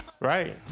right